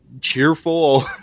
cheerful